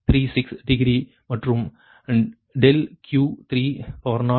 936 degree மற்றும் ∆Q30 0